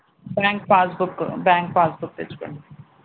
bank passbook bank passbook తెచ్చుకోండి